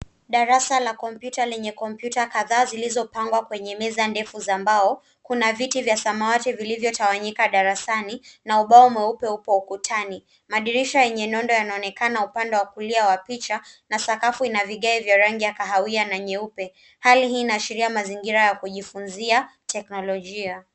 Darasa la kompyuta lenye kompyuta kadhaa zilizopangwa kwenye meza ndefu za mbao. Kuna viti vya samawati vilivyotawanyika darasani na ubao mweupe upo ukutani. Madirisha yenye nondo yanaonekana upande wa kulia wa picha na sakafu ina vigae vya rangi ya kahawia na nyeupe. Hali hii inaashiria mazingira ya kujifunza teknolojia.